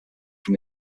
from